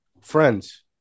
friends